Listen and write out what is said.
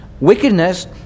wickedness